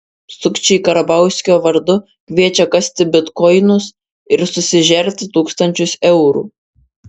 sukčiai karbauskio vardu kviečia kasti bitkoinus ir susižerti tūkstančius eurų